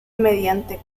mediante